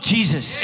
Jesus